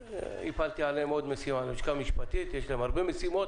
הטלתי עוד משימה על הלשכה המשפטית יש להם הרבה משימות